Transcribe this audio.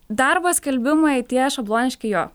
darbo skelbimai tie šabloniški jo